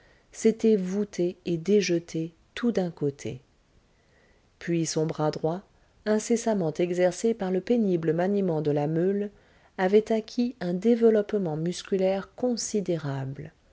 s'était voûté et déjeté tout d'un côté puis son bras droit incessamment exercé par le pénible maniement de la meule avait acquis un développement musculaire considérable